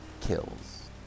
kills